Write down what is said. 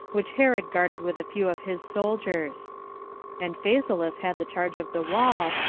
which herod guarded with a few of his soldiers and phasaelus had the charge of the wall,